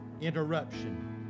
interruption